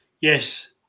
yes